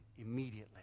immediately